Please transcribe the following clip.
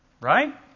right